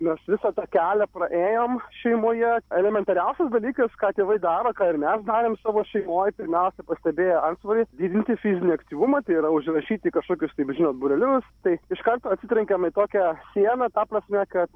mes visą tą kelią praėjom šeimoje elementariausias dalykas ką tėvai daro ką ir mes darėm savo šeimoj pirmiausia pastebėję antsvorį didinti fizinį aktyvumą tai yra užrašyti į kažkokius tai žinot būrelius tai iš karto atsitrenkėm į tokią sieną ta prasme kad